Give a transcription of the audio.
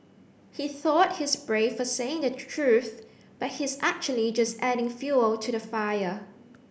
he thought he's brave for saying the truth but he's actually just adding fuel to the fire